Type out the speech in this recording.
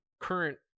current